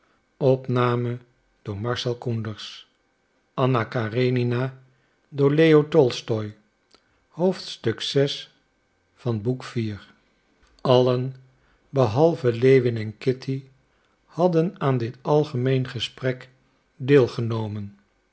lewin en kitty hadden aan dit algemeen gesprek deelgenomen